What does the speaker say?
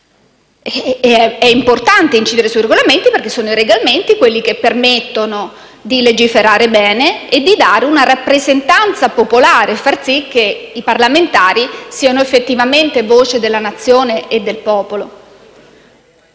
È importante incidere sui Regolamenti, perché essi permettono di legiferare bene, di dare una rappresentanza popolare e di far sì che i parlamentari siano effettivamente voce della Nazione e del popolo